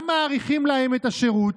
גם מאריכים להם את השירות,